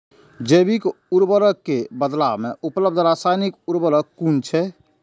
जैविक उर्वरक के बदला में उपलब्ध रासायानिक उर्वरक कुन छै?